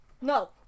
No